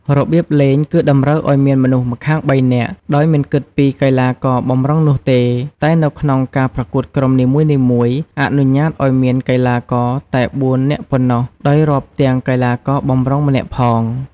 របៀបលេង គឺតម្រូវអោយមានមនុស្សម្ខាង ៣ នាក់ដោយមិនគិតពីកីឡាករបម្រុងនោះទេ តែនៅក្នុងការប្រកួតក្រុមនីមួយៗអនុញ្ញាតឲ្យមានកីឡាករតែ ៤ នាក់ប៉ុណ្ណោះដោយរាប់ទាំងកីឡាករបម្រុងម្នាក់ផង ។